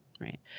Right